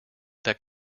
that